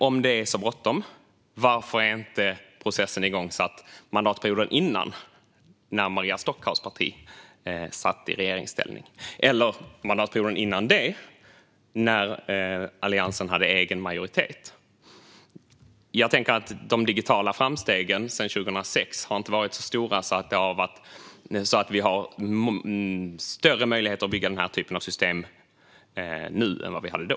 Om det är så bråttom, varför sattes då inte processen igång under den föregående mandatperioden, när Maria Stockhaus parti satt i regeringsställning, eller mandatperioden innan dess, när Alliansen hade egen majoritet? De digitala framstegen sedan 2006 har inte varit så stora att vi har större möjligheter att bygga denna typ av system nu än vad vi hade då.